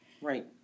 right